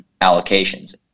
allocations